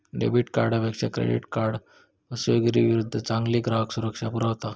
debit कार्डपेक्षा credit card फसवेगिरीविरुद्ध चांगली ग्राहक सुरक्षा पुरवता